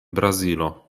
brazilo